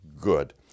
good